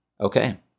Okay